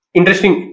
Interesting